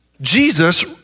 Jesus